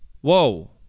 whoa